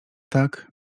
tak